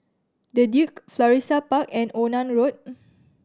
The Duke Florissa Park and Onan Road